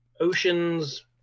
Oceans